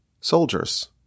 soldiers